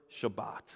Shabbat